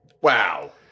Wow